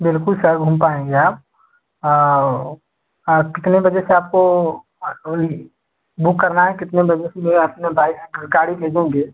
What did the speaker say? बिल्कुल सर घूम पाएँगे आप कितने बजे से आपको ही बुक करना है कितने बजे से पहले आपने बाइक गाड़ी भेजोगे